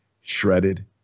shredded